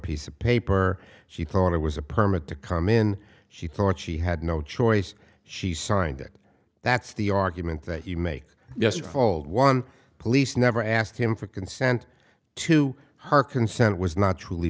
piece of paper she thought it was a permit to come in she thought she had no choice she signed it that's the argument that you make yes your old one police never asked him for consent to her consent was not t